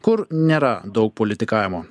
kur nėra daug politikavimo